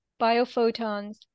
biophotons